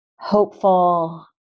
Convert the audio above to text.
hopeful